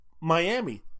Miami